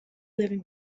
living